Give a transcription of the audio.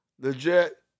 Legit